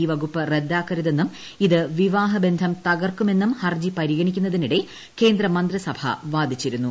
ഈ വകുപ്പ് റദ്ദാക്കരുതെന്നും ഇത് വിവാഹബന്ധം തകർക്കുമെന്നും ഹർജി പരിഗണിക്കുന്നതിനിടെ കേന്ദ്ര മന്ത്രിസഭ വാദിച്ചിരുന്നു